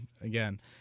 again